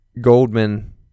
Goldman